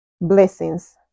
blessings